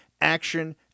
Action